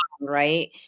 right